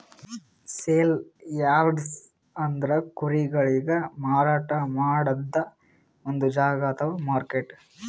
sale yards ಅಂದ್ರ ಕುರಿಗೊಳಿಗ್ ಮಾರಾಟ್ ಮಾಡದ್ದ್ ಒಂದ್ ಜಾಗಾ ಅಥವಾ ಮಾರ್ಕೆಟ್